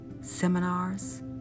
seminars